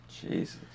Jesus